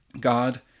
God